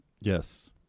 Yes